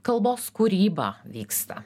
kalbos kūryba vyksta